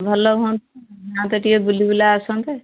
ଭଲ ହୁଅନ୍ତା ଯାଆନ୍ତେ ଟିକିଏ ବୁଲିବୁଲା ଆସନ୍ତେ